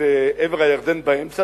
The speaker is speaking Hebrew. שלמה הכניסו את עבר הירדן באמצע,